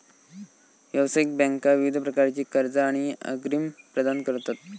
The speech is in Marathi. व्यावसायिक बँका विविध प्रकारची कर्जा आणि अग्रिम प्रदान करतत